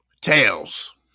Tails